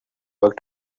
work